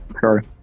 Sorry